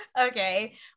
Okay